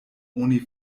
oni